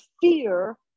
fear